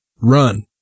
run